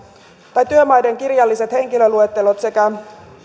työmaiden kirjalliset henkilöluettelot sekä